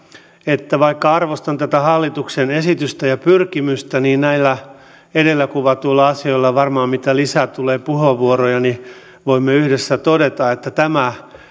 että vaikka arvostan tätä hallituksen esitystä ja pyrkimystä niin näillä edellä kuvatuilla asioilla varmaan kun lisää tulee puheenvuoroja niin voimme yhdessä todeta tämä